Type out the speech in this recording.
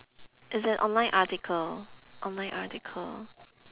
there's an online article online article